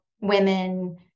women